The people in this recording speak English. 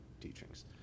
teachings